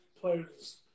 players